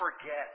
forget